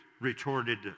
retorted